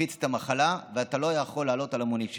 מפיץ את המחלה, ואתה לא יכול לעלות על המונית שלי.